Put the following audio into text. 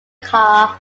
car